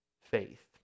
faith